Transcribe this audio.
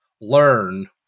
learn